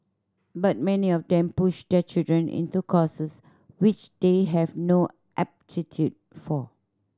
but many of them push their children into courses which they have no aptitude for